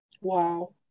Wow